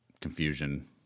confusion